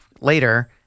later